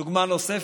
דוגמה נוספת: